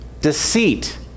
deceit